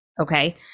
okay